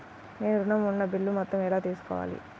నేను ఋణం ఉన్న బిల్లు మొత్తం ఎలా తెలుసుకోవాలి?